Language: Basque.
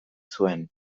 zuen